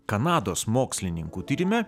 kanados mokslininkų tyrime